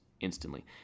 instantly